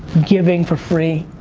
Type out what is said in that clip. giving for free.